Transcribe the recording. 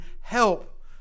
help